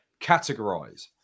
categorize